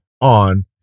on